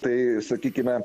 tai sakykime